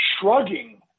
shrugging